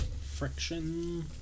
friction